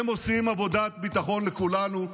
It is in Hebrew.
הם עושים עבודת ביטחון לכולנו,